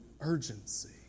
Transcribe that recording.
urgency